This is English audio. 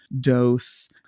dose